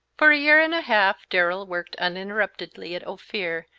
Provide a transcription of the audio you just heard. for a year and a half darrell worked uninterruptedly at ophir,